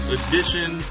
edition